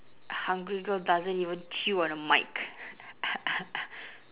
hungry girl doesn't even chew on a mic